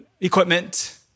equipment